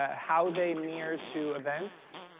ah how they near to events.